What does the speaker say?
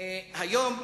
היום